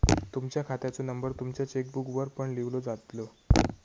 तुमच्या खात्याचो नंबर तुमच्या चेकबुकवर पण लिव्हलो जातलो